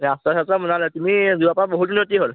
ৰাস্তা চাষ্টা বনালে তুমি যোৱাৰ পৰা বহুত উন্নতি হ'ল